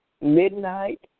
midnight